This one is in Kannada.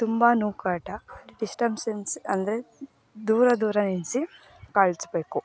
ತುಂಬ ನೂಕಾಟ ಡಿಸ್ಟಂಸೆನ್ಸ್ ಅಂದರೆ ದೂರ ದೂರ ನಿಲ್ಲಿಸಿ ಕಳಿಸ್ಬೇಕು